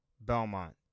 Belmont